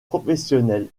professionnelle